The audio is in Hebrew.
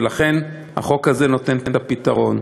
ולכן החוק הזה נותן את הפתרון.